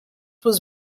was